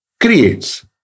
creates